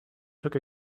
took